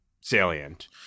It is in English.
salient